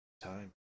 Time